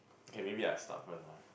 okay maybe I start first ah